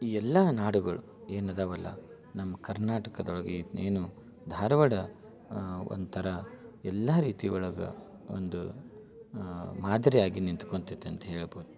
ಈ ಎಲ್ಲ ನಾಡುಗಳು ಏನು ಅದಾವಲ್ಲ ನಮ್ಮ ಕರ್ನಾಟಕದೊಳಗೆ ಏನು ಧಾರವಾಡ ಒಂಥರ ಎಲ್ಲ ರೀತಿ ಒಳಗೆ ಒಂದು ಮಾದರಿ ಆಗಿ ನಿಂತ್ಕೊಳ್ತಿತ್ತು ಅಂತ ಹೇಳ್ಬೋದು